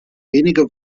wenige